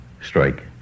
strike